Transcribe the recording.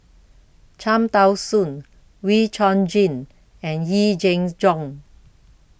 Cham Tao Soon Wee Chong Jin and Yee Jenn Jong